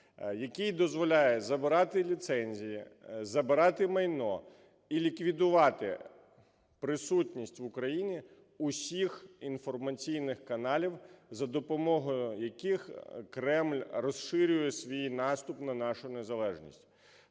який дозволяє забирати ліцензії, забирати майно і ліквідувати присутність в Україні усіх інформаційних каналів, за допомогою яких Кремль розширює свій наступ на нашу незалежність.